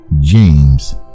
James